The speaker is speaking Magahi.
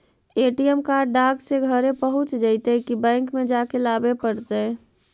ए.टी.एम कार्ड डाक से घरे पहुँच जईतै कि बैंक में जाके लाबे पड़तै?